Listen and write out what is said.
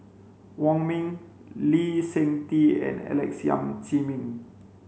Wong Ming Lee Seng Tee and Alex Yam Ziming